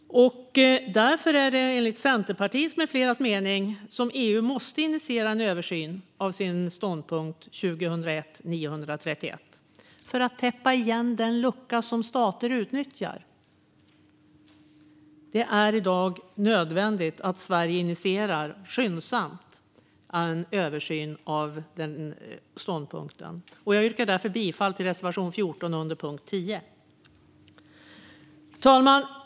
Därför måste EU, enligt Centerpartiet med flera, initiera en översyn av sin ståndpunkt 2001/931 för att täppa igen den lucka som stater utnyttjar. Det är i dag nödvändigt att Sverige skyndsamt initierar en översyn av denna ståndpunkt. Jag yrkar därför bifall till reservation 14 under punkt 10. Fru talman!